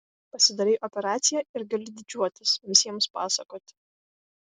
pasidarei operaciją ir gali didžiuotis visiems pasakoti